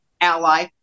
ally